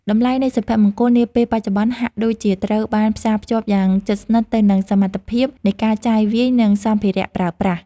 តម្លៃនៃសុភមង្គលនាពេលបច្ចុប្បន្នហាក់ដូចជាត្រូវបានផ្សារភ្ជាប់យ៉ាងជិតស្និទ្ធទៅនឹងសមត្ថភាពនៃការចាយវាយនិងសម្ភារៈប្រើប្រាស់។